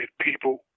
people